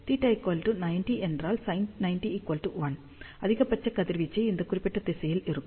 θ90 என்றால் sin901 அதிகபட்ச கதிர்வீச்சு இந்த குறிப்பிட்ட திசையில் இருக்கும்